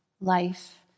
life